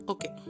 Okay